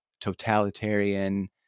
totalitarian